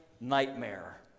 nightmare